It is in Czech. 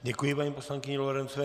Děkuji paní poslankyni Lorencové.